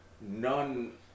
none